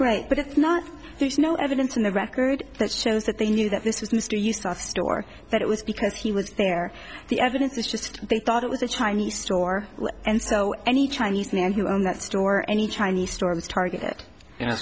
right but it's not there's no evidence in the record that shows that they knew that this was mr yusof store that it was because he was there the evidence was just they thought it was a chinese store and so any chinese man who owned that store any chinese storm's target you know